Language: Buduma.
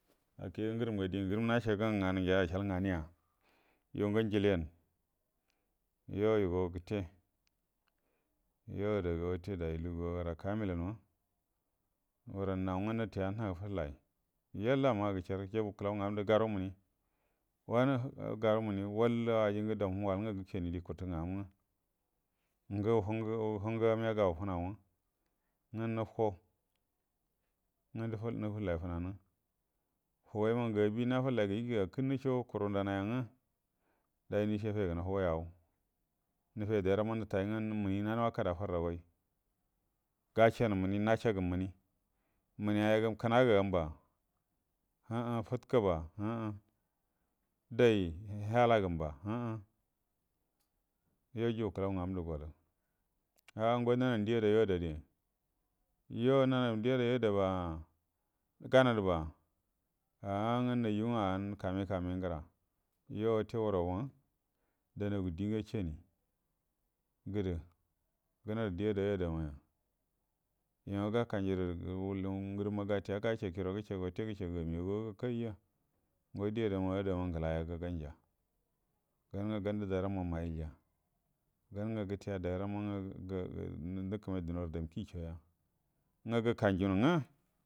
Akegə ngərəm ga diengə ngərəm nacəgə ngə nganə gəa acəal nganəya yi ngə njilien yuo yu go gəte yo ada ga wate day, lugu rakkamilanma huran naw ngwə nətəya nəfəllay yalma gəeəar gəaabal kəlau ngagəm gərə garuə minie, wallə ajingə dau mhu waw ngwə gəkiannie kulə ngamma, ngə huangagənga gau funaw’a nəfo nəfəllay fəna nə huguay mangə abi gərə nafəllay gay gəakənnə co kurgən an aya ngwə, day nəce fegənaw huguay au, nefegə dagəramma nətay ngwə nəce minie nan wakadə a ferra guay, ga nə minie, nacəagəm miniə, miniə əyagəm kəna gagəm ba, a’a fədkə əu oh, dau hala gəmba uh uh yuo juguə kəlaogagəm rə golə, ah ngo nanəanie die adayu adari, yuo nanəagəm die adayu adaba? Ganədəba? Ah ngə najjuə an kame kame ngrə yuo wate hurrawa danagu die ngwə cienie gədə, gənadə də adoyu adamaya, yuo gakamjuə gəre, yuo ngərəm gatəy gacəkui guəro wute gəcəagə amiyaguə ga kayya ngo die adama adama ngalayaga ganja gannə gaudə dagəramma ma’yilja gamnə gətuya dagəramma ngwə dəkamay dunorə damu kuyico ya nə gəkanjue nə ngwə.